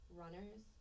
runners